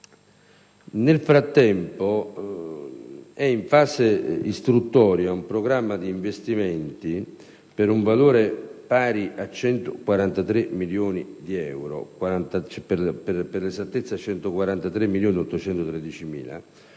Nel frattempo, è in fase istruttoria un programma di investimenti per un valore di circa 143 milioni di euro (per l'esattezza, 143.813.000)